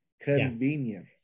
convenience